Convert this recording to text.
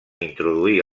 introduir